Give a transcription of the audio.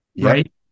right